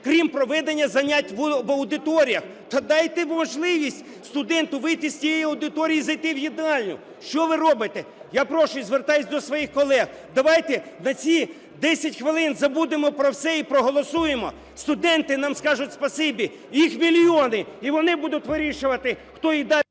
крім проведення занять в аудиторіях. Та дайте можливість студенту вийти з цієї аудиторії і зайти в їдальню! Що ви робите? Я прошу і звертаюся до своїх колег: давайте на ці 10 хвилин забудемо про все і проголосуємо, студенти нам скажуть спасибі. Їх мільйони, і вони будуть вирішувати, хто…